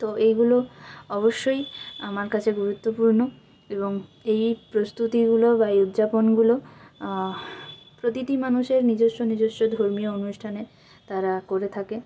তো এইগুলো অবশ্যই আমার কাছে গুরুত্বপূর্ণ এবং এই এই প্রস্তুতিগুলো বা এই উদযাপনগুলো প্রতিটি মানুষের নিজস্ব নিজস্ব ধর্মীয় অনুষ্ঠানে তারা করে থাকে